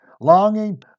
longing